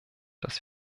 dass